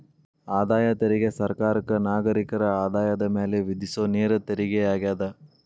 ಆದಾಯ ತೆರಿಗೆ ಸರ್ಕಾರಕ್ಕ ನಾಗರಿಕರ ಆದಾಯದ ಮ್ಯಾಲೆ ವಿಧಿಸೊ ನೇರ ತೆರಿಗೆಯಾಗ್ಯದ